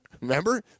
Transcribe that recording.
Remember